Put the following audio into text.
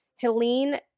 Helene